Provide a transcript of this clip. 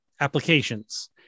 applications